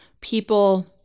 people